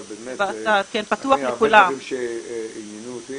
אבל באמת היו הרבה דברים שעניינו אותי